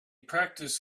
practiced